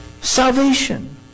salvation